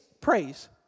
praise